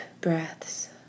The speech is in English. breaths